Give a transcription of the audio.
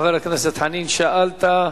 תודה, חבר הכנסת חנין, שאלת,